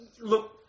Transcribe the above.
Look